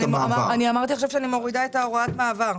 אמרתי עכשיו שאני מורידה את הוראת המעבר.